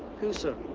who, sir?